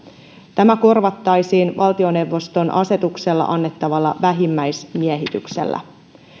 tämä korvattaisiin valtioneuvoston asetuksella annettavalla vähimmäismiehityksellä